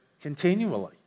continually